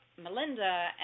Melinda